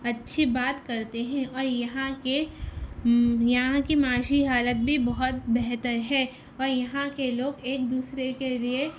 اچھی بات کرتے ہیں اور یہاں کے یہاں کی معاشی حالت بھی بہت بہتر ہے اور یہاں کے لوگ ایک دوسرے کے لیے